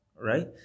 Right